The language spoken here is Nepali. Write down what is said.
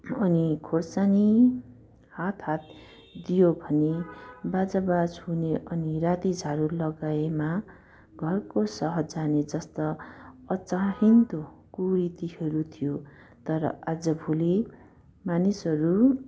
अनि खोर्सानी हात हात दियो भने बाझाबाझ हुने अनि राति झाडु लगाएमा घरको सह जाने जस्ता अचाहिँदो कुरीतिहरू थियो तर आजभोलि मानिसहरू